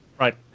right